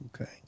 Okay